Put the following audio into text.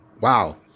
Wow